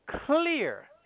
Clear